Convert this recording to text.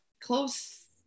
close